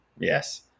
Yes